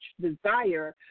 desire